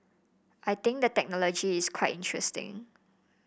I think the technology is quite interesting